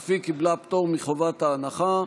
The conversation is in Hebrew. שאף היא קיבלה פטור מחובת ההנחה.